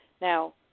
Now